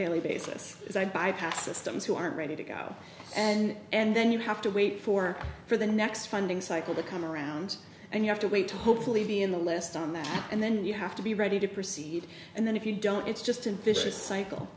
daily basis as i bypass systems who aren't ready to go and then you have to wait for for the next funding cycle to come around and you have to wait to hopefully be in the list on that and then you have to be ready to proceed and then if you don't it's just an vicious cycle